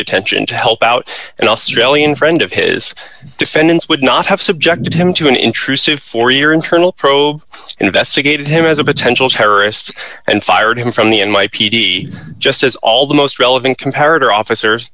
detention to help out an australian friend of his defendants would not have subjected him to an intrusive four year internal probe investigated him as a potential terrorist and fired him from the n y p d just as all the most relevant compared officers